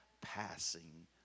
passing